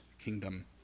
kingdom